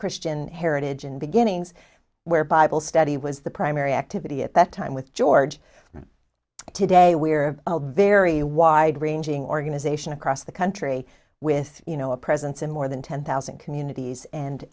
christian heritage and beginnings where bible study was the primary activity at that time with george and today we're very wide ranging organization across the country with you know a presence in more than ten thousand communities and